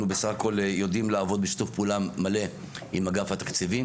אנחנו בסך הכול יודעים לעבוד בשיתוף פעולה מלא עם אגף התקציבים,